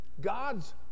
God's